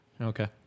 Okay